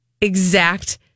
exact